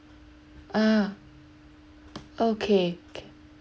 ah okay